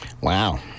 Wow